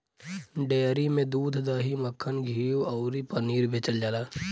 dairy में दूध, दही, मक्खन, घीव अउरी पनीर बेचल जाला